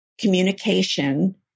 communication